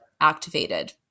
activated